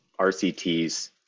RCTs